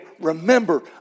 remember